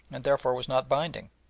and therefore was not binding.